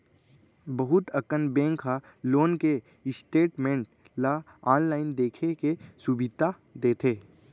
बहुत अकन बेंक ह लोन के स्टेटमेंट ल आनलाइन देखे के सुभीता देथे